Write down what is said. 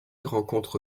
rencontre